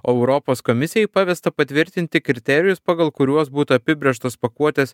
europos komisijai pavesta patvirtinti kriterijus pagal kuriuos būtų apibrėžtos pakuotės